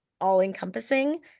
all-encompassing